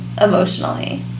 emotionally